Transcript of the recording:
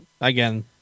again